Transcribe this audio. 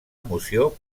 emoció